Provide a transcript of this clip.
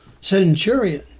centurion